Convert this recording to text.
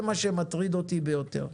זה מה שמטריד אותי ביותר.